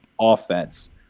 offense